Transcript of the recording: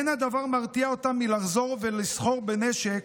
אין הדבר מרתיע אותם מלחזור ולסחור בנשק